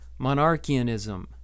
monarchianism